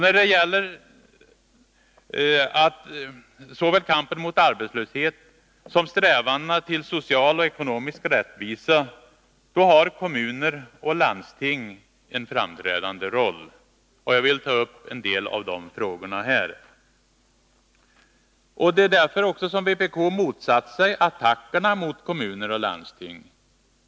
När det gäller såväl kampen mot arbetslösheten som strävandena till social och ekonomisk rättvisa har kommuner och landsting en framträdande roll. Jag vill ta upp en del av de frågorna här. Det är också därför som vpk motsatt sig attackerna mot kommuner och landsting.